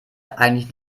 eigentlich